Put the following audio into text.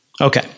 Okay